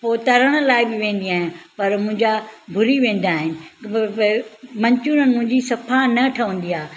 पोइ तरण लाइ बि वेंदी आहियां पर मुंहिंजा भुरी वेंदा आहिनि मंचूरियन मुंहिंजी सफ़ा न ठहंदी आहे